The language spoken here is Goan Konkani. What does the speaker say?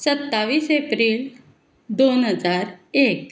सत्तावीस एप्रील दोन हजार एक